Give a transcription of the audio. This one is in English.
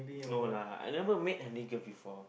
no lah I never make any girl before